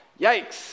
Yikes